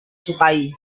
sukai